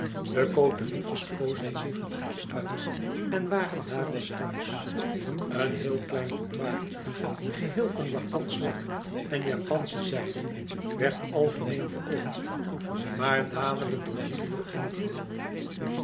de côterietjes kozen zich een hoekje uit en waren daar als e ids aargang thuis een heel klein boudoirtje geheel van japansch lak en japansche zijde werd algemeen beoogd maar dadelijk door gilio ingenomen